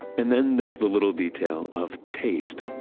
and then there's the little detail of taste,